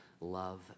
love